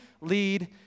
lead